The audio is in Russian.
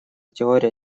теория